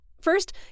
First